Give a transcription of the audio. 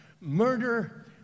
Murder